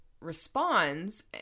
responds